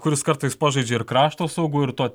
kuris kartais pažaidžia ir krašto saugu ir tuo